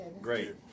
Great